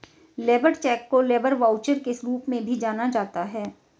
labour cheque को labour voucher के रूप में भी जाना जाता है